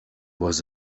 was